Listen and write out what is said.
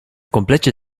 komplecie